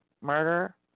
murder